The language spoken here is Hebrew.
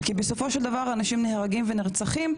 כי בסופו של דבר אנשים נהרגים ונרצחים,